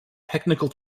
technical